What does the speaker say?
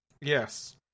yes